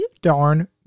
darn